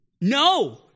No